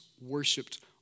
worshipped